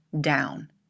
down